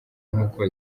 nkuko